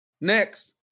Next